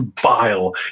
vile